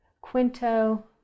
Quinto